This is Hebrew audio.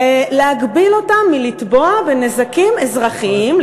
להגביל אותם מלתבוע בנזקים אזרחיים,